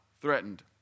threatened